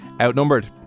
outnumbered